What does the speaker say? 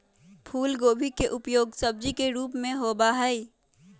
फूलगोभी के उपयोग सब्जी के रूप में होबा हई